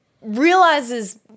realizes